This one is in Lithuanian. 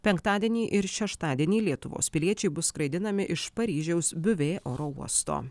penktadienį ir šeštadienį lietuvos piliečiai bus skraidinami iš paryžiaus biuvė oro uosto